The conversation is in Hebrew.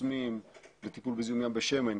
חוסמים לטיפול בזיהום ים בשמן,